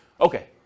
Okay